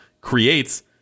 creates